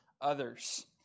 others